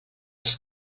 els